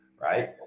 right